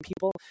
people